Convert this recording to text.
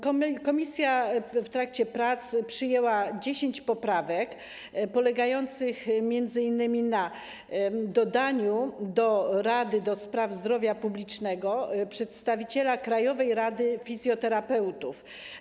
Komisja w trakcie prac przyjęła 10 poprawek, polegających m.in. na dodaniu do Rady do spraw Zdrowia Publicznego przedstawiciela Krajowej Rady Fizjoterapeutów.